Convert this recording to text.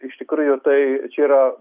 iš tikrųjų tai čia yra